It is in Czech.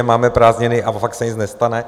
Máme prázdniny a fakt se nic nestane.